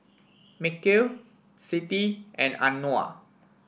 Mikhail Siti and Anuar